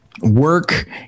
work